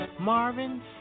Marvin